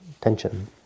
tension